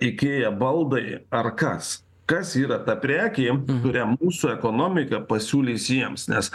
ikėja baldai ar kas kas yra ta prekė kurią mūsų ekonomika pasiūlys jiems nes